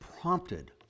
prompted